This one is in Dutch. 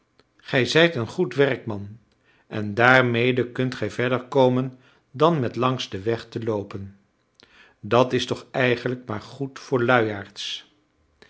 gij zijt een goed werkman en daarmede kunt gij verder komen dan met langs den weg te loopen dat is toch eigenlijk maar goed voor luiaards